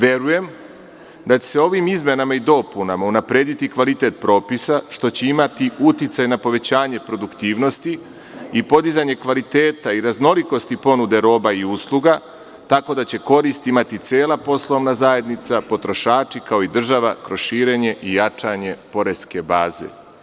Verujem da će se ovim izmenama i dopunama unaprediti kvalitet propisa, što će imati uticaj na povećanje produktivnosti i podizanje kvaliteta i raznolikosti ponude roba i usluga, tako da će koristi imati cela poslovna zajednica, potrošači, kao i država kroz širenje i jačanje poreske baze.